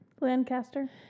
Lancaster